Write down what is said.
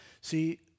See